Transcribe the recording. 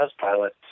pilot